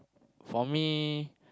for me